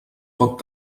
pot